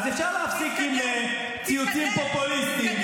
אז אפשר להפסיק עם ציוצים פופוליסטים.